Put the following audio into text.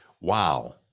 wow